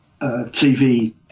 TV